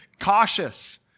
Cautious